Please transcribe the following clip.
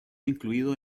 incluido